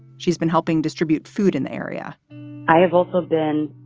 she's been helping distribute food in the area i have also been